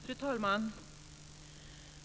Fru talman!